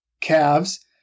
calves